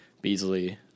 Beasley